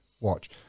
watch